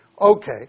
Okay